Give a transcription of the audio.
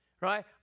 right